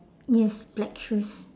yes black shoes